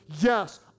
Yes